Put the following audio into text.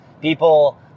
people